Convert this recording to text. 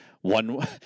one